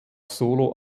solo